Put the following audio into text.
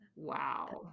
wow